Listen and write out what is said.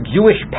Jewish